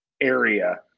area